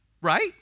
right